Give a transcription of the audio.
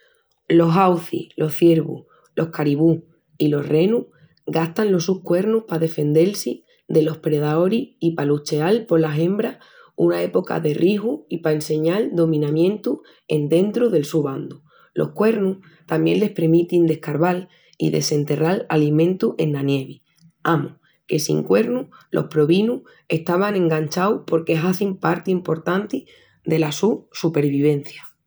Los aucis, los ciervus, los caribús i los renus gastan los sus cuernus pa defendel-si delos predaoris i pa lucheal polas hembras ena epoca de rixu i pa asseñalal dominamientu endrentu del su bandu... Los cuernus tamién les premitin d'escarval i desenterral alimentus ena nievi. Amus, que sin cuernus los probinus estavan eschangaus porque hazin parti emportanti dela su supervivencia.